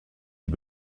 die